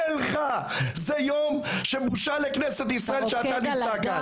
זה יום שבושה לכנסת ישראל שאתה נמצא כאן.